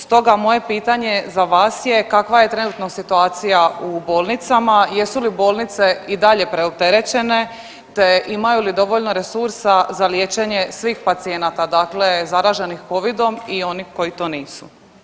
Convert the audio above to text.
Stoga moje pitanje za vas je kakva je trenutno situacija u bolnicama, jesu li bolnice i dalje preopterećenje te imaju li dovoljno resursa za liječenje svih pacijenata zaraženih covidom i onih koji to nisu?